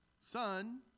Son